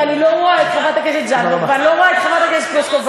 ואני לא רואה את חברת הכנסת זנדברג ואת חברת הכנסת פלוסקוב,